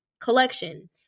collection